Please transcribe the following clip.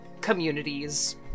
communities